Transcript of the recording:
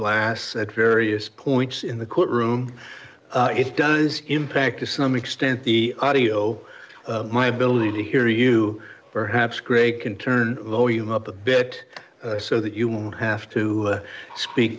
glass at various points in the courtroom it does impact to some extent the audio my ability to hear you perhaps gray can turn the volume up a bit so that you won't have to speak